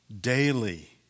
daily